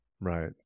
Right